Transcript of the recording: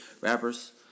rappers